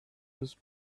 this